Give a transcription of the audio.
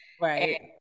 Right